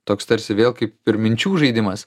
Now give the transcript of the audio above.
toks tarsi vėl kaip ir minčių žaidimas